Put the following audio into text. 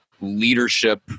leadership